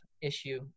issue